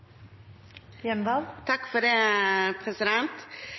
budsjettet? Takk for spørsmålet – det